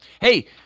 Hey